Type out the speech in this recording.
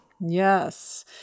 Yes